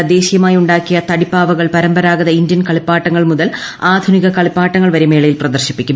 തദ്ദേശീയമായി ഉണ്ടാക്കിയ് ്തടിപ്പാവകൾ പരമ്പരാഗത ഇന്ത്യൻ കളിപ്പാട്ടങ്ങൾ മുതൽ ആധുനിക കളിപ്പാട്ടങ്ങൾ വരെ മേളയിൽ പ്രദർശിപ്പിക്കും